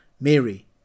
Mary